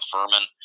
Furman